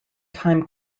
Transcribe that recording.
time